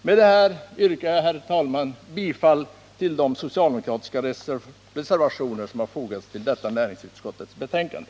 Med det anförda yrkar jag, herr talman, bifall till de socialdemokratiska reservationer som fogats till detta näringsutskottets betänkande.